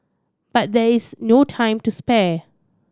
but there is no time to spare